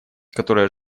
которая